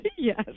Yes